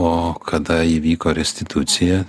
o kada įvyko restitucija